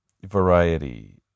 variety